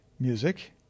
music